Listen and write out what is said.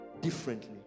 differently